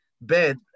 bed